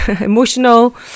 emotional